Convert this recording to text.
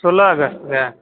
सोलह अगस्त के